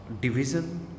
division